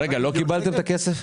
לא קיבלתם את הכסף?